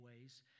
ways